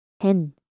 hen